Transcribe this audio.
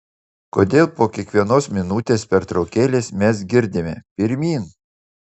kodėl po kiekvienos minutės pertraukėlės mes girdime pirmyn